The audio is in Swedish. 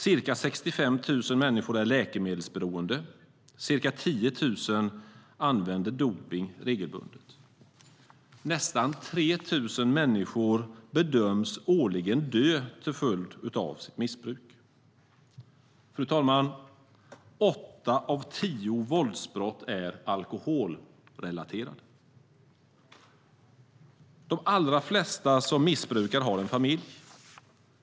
Ca 65 000 människor är läkemedelsberoende, och ca 10 000 använder dopning regelbundet. Årligen bedöms nästan 3 000 människor dö till följd av sitt missbruk. Fru talman! Åtta av tio våldsbrott är alkoholrelaterade. De allra flesta som missbrukar har en familj.